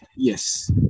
yes